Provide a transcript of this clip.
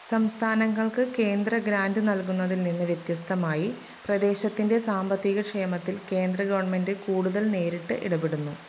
സംസ്ഥാനങ്ങൾക്ക് കേന്ദ്ര ഗ്രാൻ്റ് നൽകുന്നതിൽ നിന്ന് വ്യത്യസ്തമായി പ്രദേശത്തിൻ്റെ സാമ്പത്തിക ക്ഷേമത്തിൽ കേന്ദ്ര ഗവൺമെൻ്റ് കൂടുതൽ നേരിട്ട് ഇടപെടുന്നു